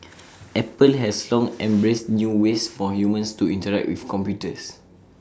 apple has long embraced new ways for humans to interact with computers